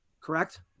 correct